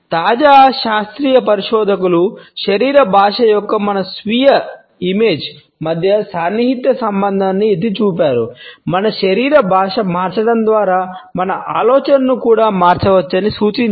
తాజా శాస్త్రీయ పరిశోధకులు శరీర భాష మరియు మన స్వీయ ఇమేజ్ మధ్య సన్నిహిత సంబంధాన్ని ఎత్తి చూపారు మన శరీర భాష మార్చడం ద్వారా మన ఆలోచనను కూడా మార్చవచ్చని సూచించారు